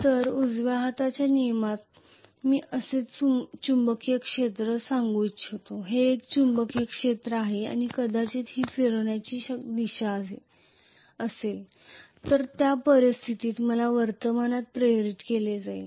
तर उजव्या हाताच्या नियमात मी असेच चुंबकीय क्षेत्र सांगू इच्छितो हे एक चुंबकीय क्षेत्र आहे आणि कदाचित ही फिरण्याची दिशा असेल तर त्या परिस्थितीत मला करंट प्रेरित केले जाईल